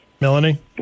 Melanie